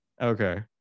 Okay